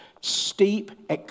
steep